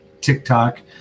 TikTok